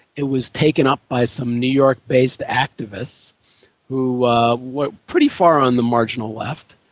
it was taken up by some new york based activists who were pretty far on the marginal left.